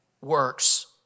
works